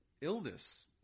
illness